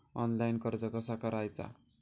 Online कर्ज कसा करायचा?